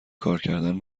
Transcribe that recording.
کارکردن